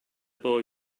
boy